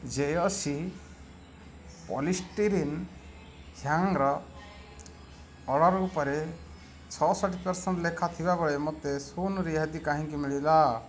ଜେୟସୀ polystyrene hanger order ଉପରେ ଛଅଷଠି ଥିବାବେଳେ ମୋତେ ଶୂନ ରିହାତି କାହିଁକି ମିଳିଲା